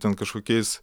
ten kažkokiais